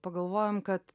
pagalvojom kad